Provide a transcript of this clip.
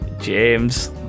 James